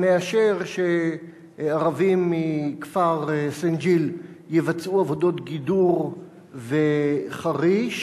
שמאשר שערבים מכפר סינג'יל יבצעו עבודות גידור וחריש.